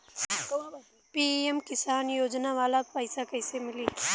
PM Kisan योजना वाला पैसा कईसे मिली?